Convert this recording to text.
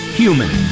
human